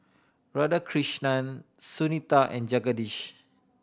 Radhakrishnan Sunita and Jagadish